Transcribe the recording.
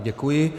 Děkuji.